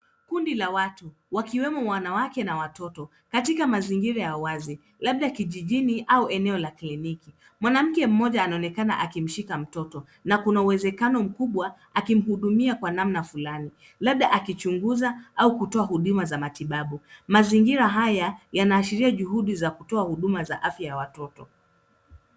Kundi la watu, wakiwemo wanawake na watoto katika mazingira ya wazi, labda kijijini au eneo ya kliniki. Mwanamke mmoja anaonekana akimshika mtoto, na kuna uwezekano mkubwa akimhudumia kwa namna fulani. Labda akichunguza au kutoa huduma za matibabu. Mazingira haya yanaashiria juhudi za kutoa huduma za afya ya watoto.